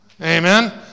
Amen